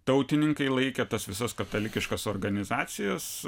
tautininkai laikė tas visas katalikiškas organizacijas